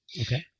Okay